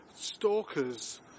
Stalkers